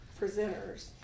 presenters